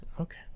Okay